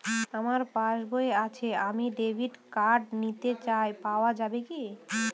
আমার পাসবই আছে আমি ডেবিট কার্ড নিতে চাই পাওয়া যাবে কি?